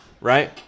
right